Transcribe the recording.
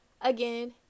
again